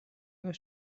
was